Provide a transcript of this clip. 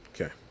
Okay